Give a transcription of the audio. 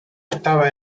estaba